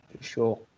Sure